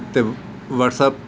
ਅਤੇ ਵਟਸਐਪ